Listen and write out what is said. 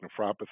nephropathy